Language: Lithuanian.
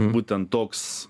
būtent toks